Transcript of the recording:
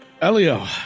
Elio